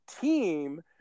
team